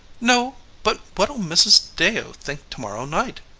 no, but what'll mrs. deyo think tomorrow night?